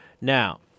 Now